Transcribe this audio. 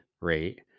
rate